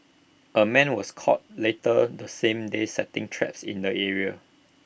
A man was caught later the same day setting traps in the area